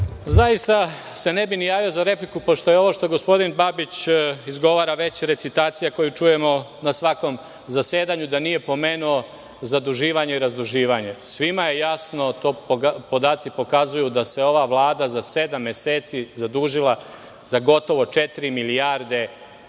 Zaista se ne bih ni javio za repliku, pošto je ovo što gospodin Babić izgovara već recitacija koju čujemo na svakom zasedanju, da nije pomenuo zaduživanje i razduživanje. Svima je jasno, to podaci pokazuju, da se ova vlada za sedam meseci zadužila za gotovo četiri milijarde